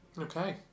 Okay